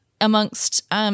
amongst